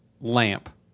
lamp